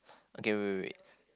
okay wait wait wait